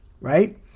Right